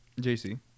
JC